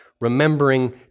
remembering